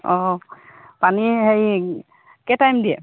অঁ পানী হেৰি কিমান টাইম দিয়ে